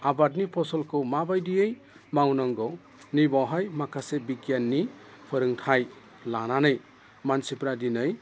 आबादनि फसलखौ माबायदियै मावनांगौ नैबेयावहाय माखासे बिगियाननि फोरोंथाय लानानै मानसिफोरा दिनै